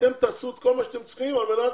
ואתם תעשו את כל מה שאתם צריכים על מנת